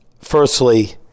Firstly